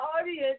audience